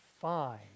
fine